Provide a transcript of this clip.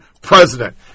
president